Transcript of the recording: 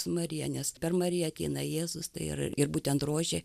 su marija nes per mariją ateina jėzus ir ir būtent rožė